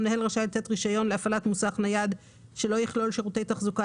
המנהל רשאי לתת רישיון להפעלת מוסך נייד שלא יכלול שירותי תחזוקה